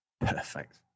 Perfect